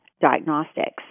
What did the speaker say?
Diagnostics